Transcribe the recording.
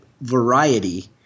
variety